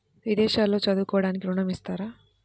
విదేశాల్లో చదువుకోవడానికి ఋణం ఇస్తారా?